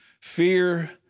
Fear